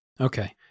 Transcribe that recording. Okay